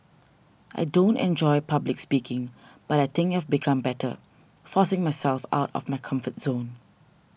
I don't enjoy public speaking but I think I've become better forcing myself out of my comfort zone